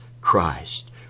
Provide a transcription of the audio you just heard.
Christ